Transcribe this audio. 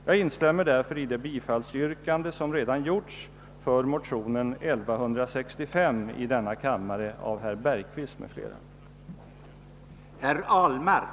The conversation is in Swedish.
Jag instämmer därför i det yrkande om bifall till motionen II: 1165 av herr Bergqvist m.fl. som redan framställts.